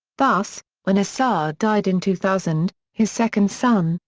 thus, when assad died in two thousand, his second son,